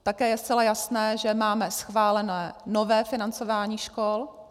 Také je zcela jasné, že máme schválené nové financování škol.